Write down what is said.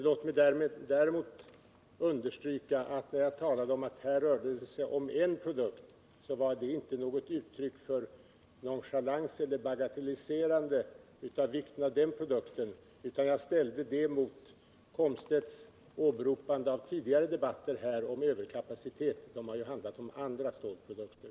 Låt mig däremot understryka att när jag talade om att det rörde sig om en produkt så var det inte något uttryck för nonchalans eller bagatelliserande av vikten av den produkten, utan jag ställde detta mot herr Komstedts åberopande av tidigare debatter om överkapacitet, som har handlat om andra stålprodukter.